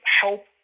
help